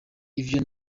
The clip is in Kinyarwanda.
ivyo